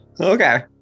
Okay